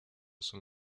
son